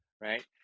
right